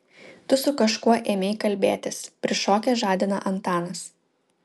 tu su kažkuo ėmei kalbėtis prišokęs žadina antanas